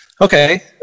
Okay